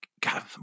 God